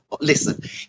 listen